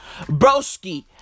broski